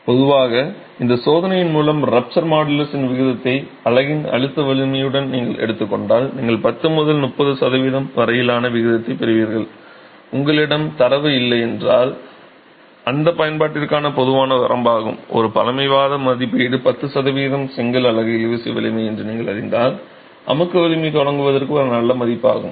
பொதுவாக இந்தச் சோதனையின் மூலம் ரப்ச்சர் மாடுலஸின் விகிதத்தை அலகின் அழுத்த வலிமையுடன் நீங்கள் எடுத்துக் கொண்டால் நீங்கள் 10 முதல் 30 சதவிகிதம் வரையிலான விகிதத்தைப் பெறுவீர்கள் உங்களிடம் தரவு இல்லையென்றால் அது உங்கள் பயன்பாட்டிற்கான பொதுவான வரம்பாகும் ஒரு பழமைவாத மதிப்பீடு 10 சதவிகிதம் செங்கல் அலகு இழுவிசை வலிமை என்று நீங்கள் அறிந்தால் அமுக்கு வலிமை தொடங்குவதற்கு ஒரு நல்ல மதிப்பு ஆகும்